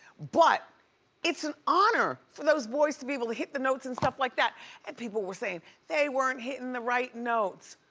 but it's an honor for those boys to be able to hit the notes and stuff like that and people were saying they weren't hitting the right notes.